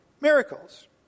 miracles